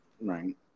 right